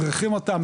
מדריכים אותם,